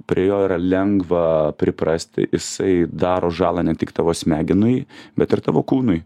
prie jo yra lengva priprasti jisai daro žalą ne tik tavo smegenui bet ir tavo kūnui